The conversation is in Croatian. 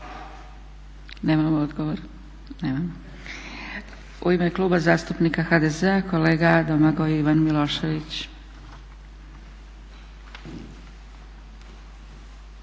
Nemamo odgovor? Nemamo. U ime Kluba zastupnika HDZ-a kolega Domagoj Ivan Milošević.